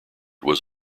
was